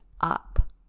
up